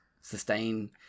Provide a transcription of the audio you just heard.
sustain